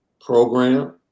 program